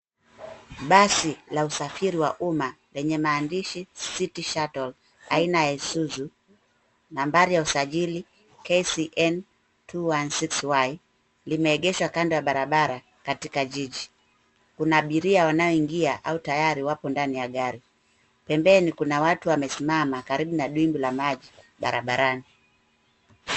Basi la usafiri wa umma lenye maandishi City Shuttle aina ya Isuzu. Nambari ya usajili, KCN 216Y limeegeshwa kando ya barabara katika jiji. Kuna abiria wanaoingia au tayari wapo ndani ya gari. Pembeni kuna watu wamesimama karibu na dimbwi la maji barabarani.